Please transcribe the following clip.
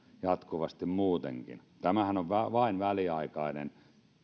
jatkuvasti muutenkin tämähän on vain vain väliaikainen